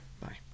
Bye